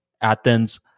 Athens